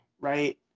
right